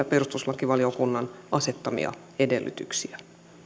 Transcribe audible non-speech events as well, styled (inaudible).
(unintelligible) perustuslakivaliokunnan asettamia edellytyksiä